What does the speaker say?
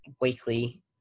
weekly